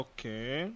Okay